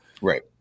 Right